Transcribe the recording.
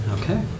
Okay